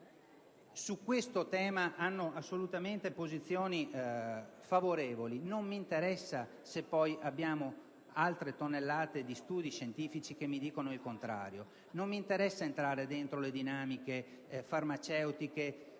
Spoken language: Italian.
su questo tema hanno posizioni favorevoli (non m'interessa se poi ci sono altre tonnellate di studi scientifici che mi dicono il contrario). Non mi interessa entrare all'interno delle dinamiche farmaceutiche